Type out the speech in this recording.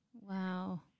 Wow